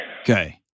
Okay